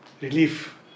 relief